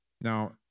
Now